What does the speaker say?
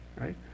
right